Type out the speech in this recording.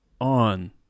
on